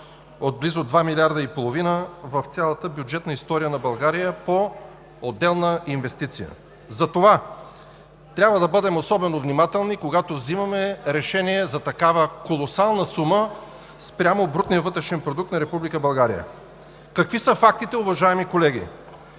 от близо два милиарда и половина в цялата бюджетна история на България по отделна инвестиция. Затова трябва да бъдем особено внимателни, когато взимаме решение за такава колосална сума, спрямо брутния вътрешен продукт на Република България. Какви са фактите, уважаеми колеги?